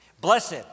Blessed